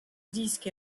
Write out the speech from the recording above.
disque